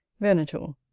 venator.